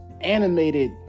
animated